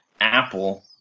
Apple